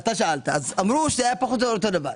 אמרו שהיה פחות או יותר אותו דבר.